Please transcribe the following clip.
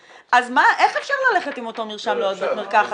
פי 50 יותר חזקים ממורפיום,